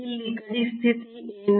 ಇಲ್ಲಿ ಗಡಿ ಸ್ಥಿತಿ ಏನು